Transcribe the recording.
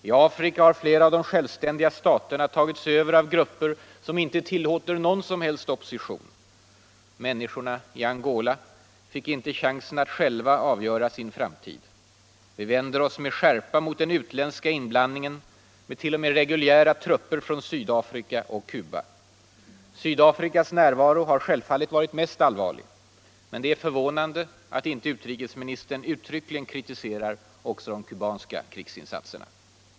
I Afrika har flera av de självständiga staterna tagits över av grupper som inte tillåter någon som helst opposition. Människorna i Angola fick inte chansen att själva avgöra sin framtid. Vi vänder oss med skärpa debatt och valutapolitisk debatt mot den utländska inblandningen med t.o.m. reguljära trupper från Sydafrika och Cuba. Sydafrikas närvaro har självfallet varit mest allvarlig. Men det är förvånande att inte utrikesministern uttryckligen kritiserar också de kubanska krigsinsatserna.